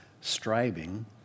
striving